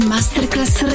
Masterclass